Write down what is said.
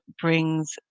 brings